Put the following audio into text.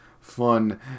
fun